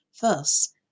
Thus